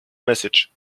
message